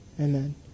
amen